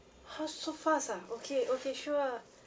!huh! so fast ah okay okay sure